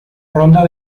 ronda